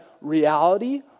reality